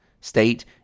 State